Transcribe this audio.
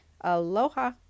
Aloha